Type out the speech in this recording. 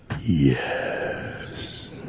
Yes